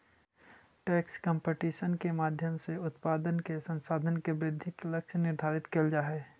tax competition के माध्यम से उत्पादन के संसाधन के वृद्धि के लक्ष्य निर्धारित करल जा हई